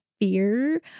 fear